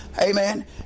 Amen